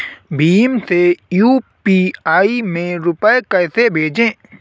भीम से यू.पी.आई में रूपए कैसे भेजें?